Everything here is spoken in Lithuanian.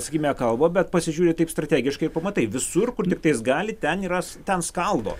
sakykime kalba bet pasižiūri taip strategiškai pamatai visur kur tiktais gali ten yra ten skaldo